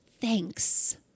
thanks